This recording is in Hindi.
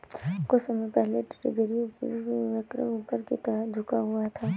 कुछ समय पहले ट्रेजरी उपज वक्र ऊपर की तरफ झुका हुआ था